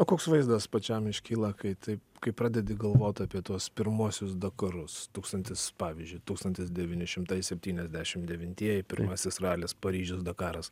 o koks vaizdas pačiam iškyla kai taip kai pradedi galvot apie tuos pirmuosius dakarus tūkstantis pavyzdžiui tūkstantis devyni šimtai septyniasdešim devintieji pirmasis ralis paryžius dakaras